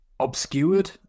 obscured